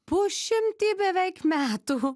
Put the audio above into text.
pusšimtį beveik metų